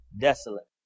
desolate